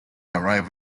arrive